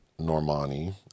normani